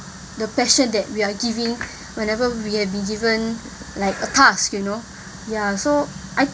the passion that we are giving whenever we have been given like a task you know ya so I